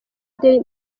day